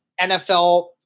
NFL